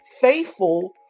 faithful